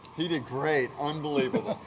he did great, unbelievable.